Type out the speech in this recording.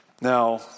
Now